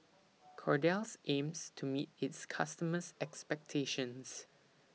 Kordel's aims to meet its customers' expectations